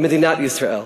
למדינת ישראל.